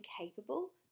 capable